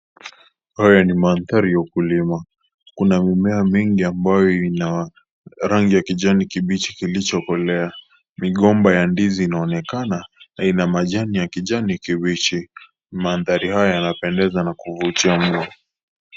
Haya ni mandhari ya ukulima. Kuna mimea mingi ambayo ina rangi ya kijani kibichi kilichokolea. Migomba ya ndizi inaonekana na ina majani ya kijani kibichi. Mandhari haya yanapendeza na kuvutia mno.